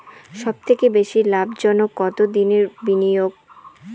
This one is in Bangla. সবথেকে বেশি লাভজনক কতদিনের বিনিয়োগ?